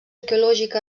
arqueològica